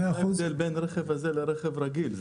מה ההבדל בין הרכב הזה לרכב רגיל?